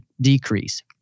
decrease